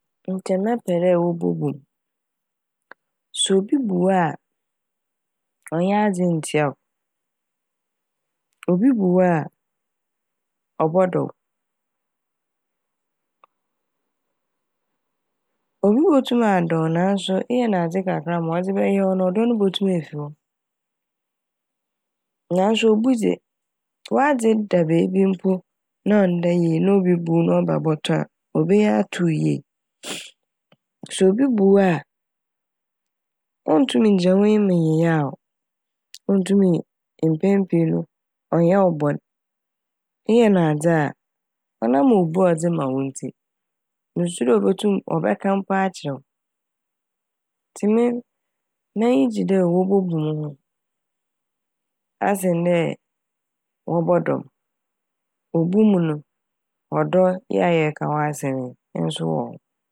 Nkyɛ mɛpɛ dɛ wobobu m' sɛ obi bu wo a ɔnnyɛ adze nntsia wo, obi bu wo a ɔbɔ dɔ wo. Obi botum adɔ wo naaso eyɛ no adze kakra a ma ɔdze bɛyɛ wo no ɔdɔ no botum efi hɔ. Naaso obu dze w'adze da beebi mpo na ɔnnda yie na obi bohu mpo a obeyi ato wo yie. Sɛ obi bu wo a onntum nngyina w'enyim nyeyaa wo, onntum nn- mpɛn pii no ɔnnyɛ wo bɔn. Eyɛ no adze a ɔnam obu a ɔdze ma wo ntsi mususu dɛ obotum ɔbɛka mpo akyerɛ wo ntsi me- m'enyi gye dɛ wobobu m' ho asen dɛ wɔbɔ dɔ m'. Obu mu no ɔdɔ yi a yɛka ho asɛm nso wɔ hɔ.